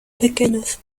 pequeños